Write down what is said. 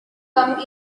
come